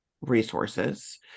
resources